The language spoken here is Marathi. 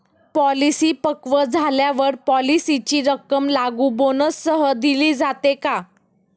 पॉलिसी पक्व झाल्यावर पॉलिसीची रक्कम लागू बोनससह दिली जाते का?